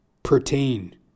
pertain